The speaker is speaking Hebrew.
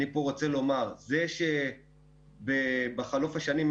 אני רוצה לומר פה שזה שבחלוף השנים,